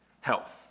health